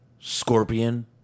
Scorpion